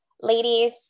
ladies